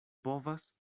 povas